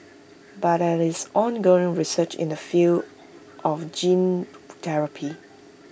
but there is ongoing research in the field of gene therapy